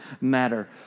matter